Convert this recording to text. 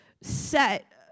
set